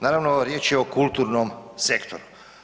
Naravno, riječ je o kulturnom sektoru.